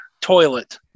toilet